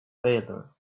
failure